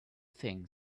things